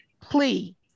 plea